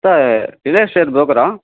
sir real estate ப்ரோக்கரா